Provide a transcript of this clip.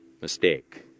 mistake